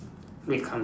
red colour